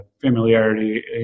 familiarity